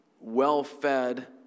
well-fed